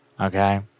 Okay